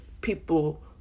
people